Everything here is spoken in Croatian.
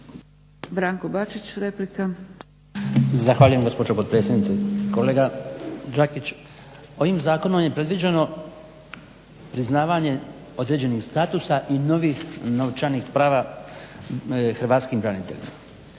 Branko (HDZ)** Zahvaljujem gospođo potpredsjednice. Kolega Đakić, ovim zakonom je predviđeno priznavanje određenih statusa i novih novčanih prava hrvatskim braniteljima